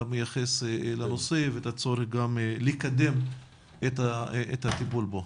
מייחס לנושא ואת הצורך לקדם את הטיפול בו.